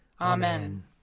Amen